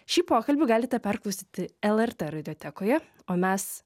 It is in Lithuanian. šį pokalbį galite perklausyti lrt radiotekoje o mes